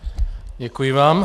Děkuji vám.